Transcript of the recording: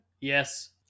Yes